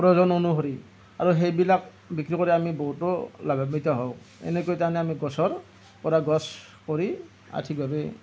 প্ৰয়োজন অনুসৰি আৰু সেইবিলাক বিক্ৰী কৰি আমি বহুতো লাভৱান্বিত হওঁ এনেকৈ তাৰমানে আমি গছৰ পৰা গছ কৰি আৰ্থিকভাৱে